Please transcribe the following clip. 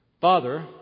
Father